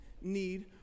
need